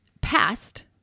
past